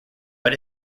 but